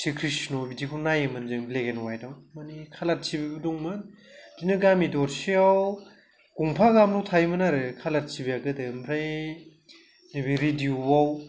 श्रि कृष्ण बिदिखौ नायोमोन जों ब्लेक एन्ड अवाइटआव मानि कालार टिभिबो दंमोन खिन्थु गामि गंदरसे गंफा गाहामल' थायोमोन आरो कालार टिभिआ गोदो ओमफ्राय नैबे रेडिय'आव